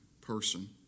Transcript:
person